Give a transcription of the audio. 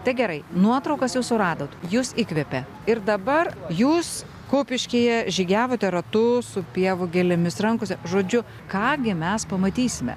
tai gerai nuotraukas jau suradot jus įkvėpė ir dabar jūs kupiškyje žygiavote ratu su pievų gėlėmis rankose žodžiu ką gi mes pamatysime